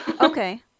Okay